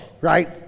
right